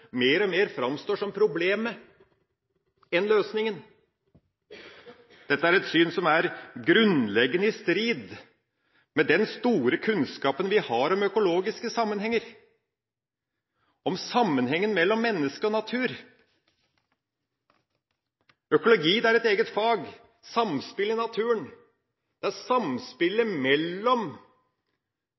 mer og mer framstår som problemet enn løsningen. Dette er et syn som er grunnleggende i strid med den store kunnskapen vi har om økologiske sammenhenger, om sammenhengen mellom menneske og natur. Økologi er et eget fag, samspill i naturen – det er samspillet mellom